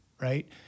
right